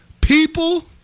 people